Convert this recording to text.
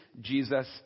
Jesus